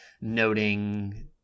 noting